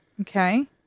Okay